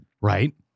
Right